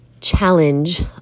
challenge